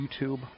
YouTube